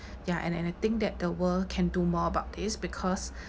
ya and then I think that the world can do more about this because